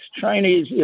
Chinese